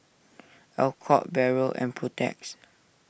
Alcott Barrel and Protex